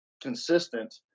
consistent